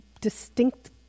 distinct